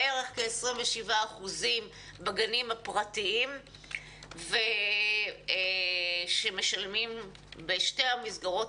בערך כ-27 אחוזים בגנים הפרטיים כאשר בשתי המסגרות